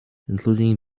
including